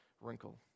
wrinkle